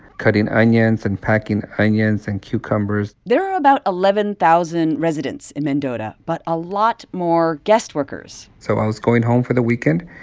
cutting onions and packing onions and cucumbers there are about eleven thousand residents in mendota but a lot more guest workers so i was going home for the weekend.